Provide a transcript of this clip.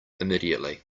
immediately